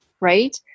right